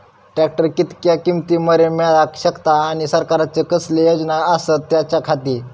Tractor कितक्या किमती मरेन मेळाक शकता आनी सरकारचे कसले योजना आसत त्याच्याखाती?